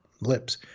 lips